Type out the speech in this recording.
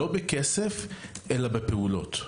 לא בכסף אלא בפעולות.